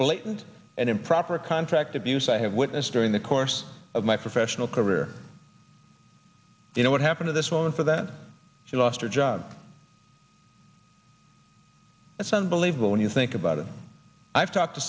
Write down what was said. blatant and improper contract abuse i have witnessed during the course of my professional career you know what happened to this woman for that she lost her job it's unbelievable when you think about it i've t